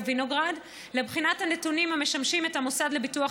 וינוגרד לבחינת הנתונים המשמשים את המוסד לביטוח